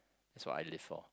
it's what I live for